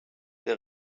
der